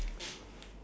ya